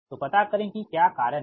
तोपता करें कि क्या कारण है